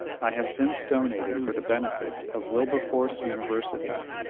i have since donated for the benefit of wilberforce university,